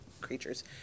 creatures